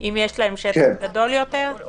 אם יש להם שטח גדול יותר?